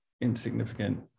insignificant